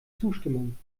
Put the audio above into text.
zustimmung